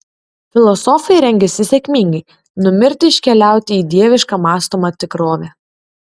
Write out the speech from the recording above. filosofai rengiasi sėkmingai numirti iškeliauti į dievišką mąstomą tikrovę